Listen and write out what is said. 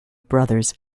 brothers